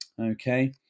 Okay